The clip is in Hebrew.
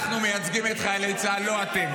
אנחנו מייצגים את חיילי צה"ל, לא אתם.